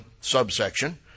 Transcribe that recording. subsection